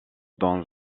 dans